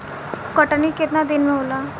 कटनी केतना दिन में होला?